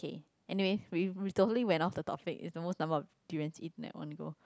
anyway we we totally went off the topic it's the most number of durians eaten at one go